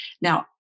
Now